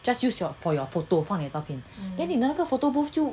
just use your for your photo 放你的照片 then 你那个 photo booth 就